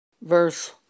verse